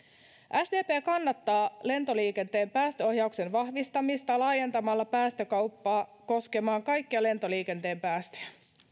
sdp kannattaa lentoliikenteen päästöohjauksen vahvistamista laajentamalla päästökauppaa koskemaan kaikkia lentoliikenteen päästöjä